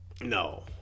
No